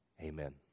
Amen